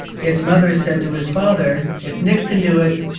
his mother said to his father, if nick can do it,